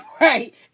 Right